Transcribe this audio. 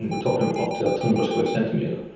and we're talking up to a tonne per square centimetre,